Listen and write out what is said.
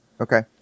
Okay